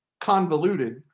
convoluted